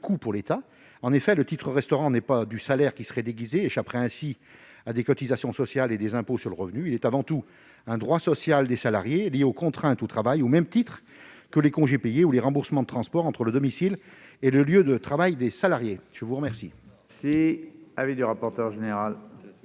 coût pour l'État. En effet, le titre-restaurant n'est pas un salaire déguisé, qui échapperait à des cotisations sociales ou à l'impôt sur le revenu. Il est avant tout un droit social des salariés lié aux contraintes de travail, au même titre que les congés payés ou les remboursements de transport entre le domicile et le lieu de travail des salariés. Quel